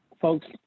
folks